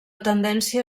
tendència